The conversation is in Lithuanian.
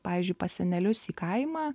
pavyzdžiui pas senelius į kaimą